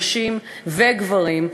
נשים וגברים,